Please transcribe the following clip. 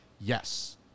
yes